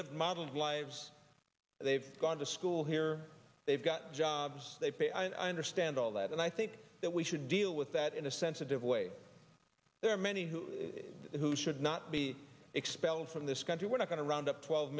lived models lives they've gone to school here they've got jobs they pay i understand all that and i think that we should deal with that in a sensitive way there are many who who should not be expelled from this country we're not going to round up twelve